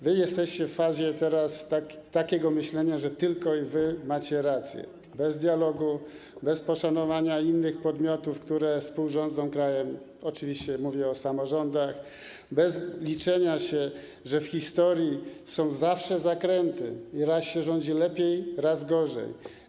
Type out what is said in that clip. Wy teraz jesteście w fazie takiego myślenia, że tylko wy macie rację, bez dialogu, bez poszanowania innych podmiotów, które współrządzą krajem, oczywiście mówię o samorządach, bez liczenia się, że w historii są zawsze zakręty i raz rządzi się lepiej, raz gorzej.